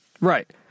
Right